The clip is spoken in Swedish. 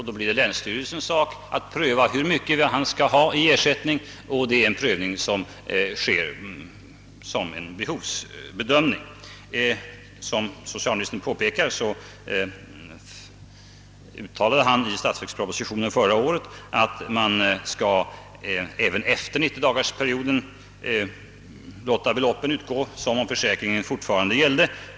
Då blir det länsstyrelsens sak att pröva hur mycket han skall ha i ersättning — och det är en prövning som sker efter behovsbedömning. Som socialministern påpekar uttalade han i statsverkspropositionen 1965 att beloppen även efter dessa 90 dagar borde utgå som om försäkringen alltjämt gällde.